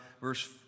Verse